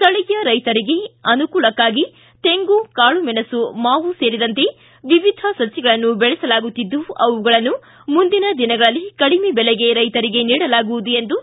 ಸ್ವಳೀಯ ರೈತರಿಗೆ ಅನುಕೂಲಕ್ಕಾಗಿ ತೆಂಗು ಕಾಳುಮೆಣಸು ಮಾವು ಸೇರಿದಂತೆ ವಿವಿಧ ಸಸಿಗಳನ್ನು ಬೆಳೆಸಲಾಗುತ್ತಿದ್ದು ಅವುಗಳನ್ನು ಮುಂದಿನ ದಿನಗಳಲ್ಲಿ ಕಡಿಮೆ ಬೆಲೆಗೆ ರೈತರಿಗೆ ನೀಡಲಾಗುವುದು ಎಂದು